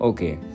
Okay